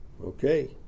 Okay